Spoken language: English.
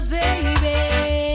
baby